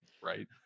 Right